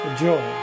joy